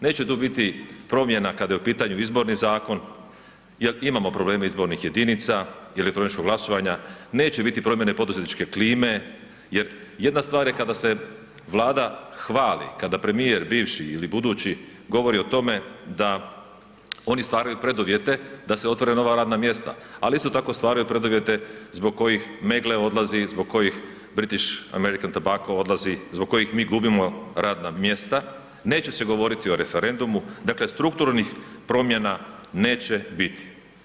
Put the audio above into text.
Neće tu biti promjena kada je u pitanju Izborni zakon jer imamo probleme izbornih jedinica i elektroničkog glasovanja, neće biti promjene poduzetničke klime jer, jedna stvar je kada se Vlada hvali, kada premijer bivši ili budući govori o tome da oni stvaraju preduvjete da se otvore nova radna mjesta, ali isto tako stvaraju preduvjete zbog kojih Meggle odlazi, zbog kojih British American Tobacco odlazi, zbog kojih mi gubimo radna mjesta, neće se govoriti o referendumu, dakle strukturnih promjena neće biti.